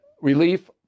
relief